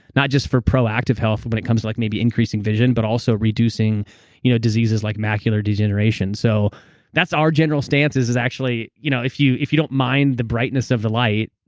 not just for proactive health when it comes to like maybe increasing vision, but also reducing you know diseases like macular degeneration. so that's our general stance is, is actually. you know if you if you don't mind the brightness of the light,